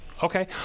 Okay